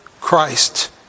Christ